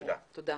תודה.